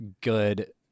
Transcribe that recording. good